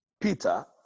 Peter